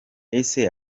ese